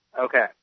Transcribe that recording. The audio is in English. Okay